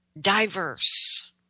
diverse